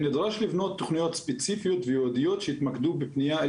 נדרש לבנות תוכניות ספציפיות וייעודיות שיתמקדו בפנייה אל